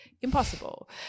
Impossible